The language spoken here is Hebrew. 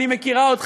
אני מכירה אותך.